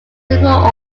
simple